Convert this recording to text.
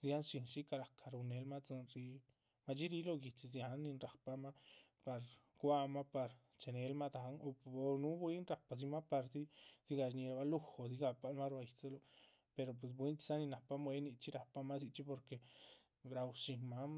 dzihán shín shíca rahca. ruhun nelmah tzín, madxí ríh lóho guihdxi dziáhan nin rahpamah par guáh mah, par chehe nelmah dahán o núhu bwín rahpadzimah pardzi dzigah shñíhirabah. julodzi gahpalmah ruá yídziluh, pero pues buihinchxí náh nin nahpa mue´yi nichxí nahpama dzichxí porque raú shín máhan